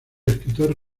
escritor